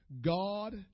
God